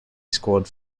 squad